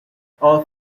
all